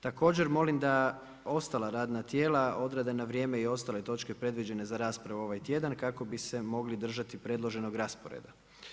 Također molim da ostala radna tijela odrade na vrijeme i ostale točke predviđene za raspravu ovaj tjedan kako bi se mogli držati predloženog rasporeda.